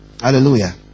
Hallelujah